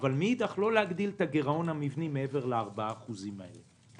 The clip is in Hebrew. אבל מאידך לא להגדיל את הגירעון המבני מעבר ל-4% האלה.